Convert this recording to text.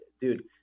dude